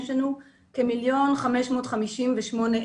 יש לנו כ-1.558 מיליון ילדים.